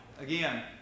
again